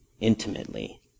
intimately